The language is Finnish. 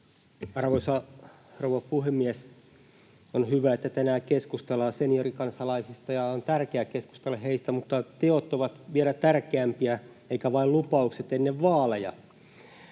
rouva puhemies! On hyvä, että tänään keskustellaan seniorikansalaisista, ja on tärkeää keskustella heistä, mutta teot ovat vielä tärkeämpiä eivätkä vain lupaukset ennen vaaleja.